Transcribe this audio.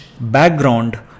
background